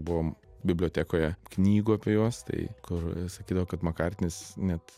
buvom bibliotekoje knygų apie juos tai kur sakydavo kad makartnis net